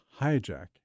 hijack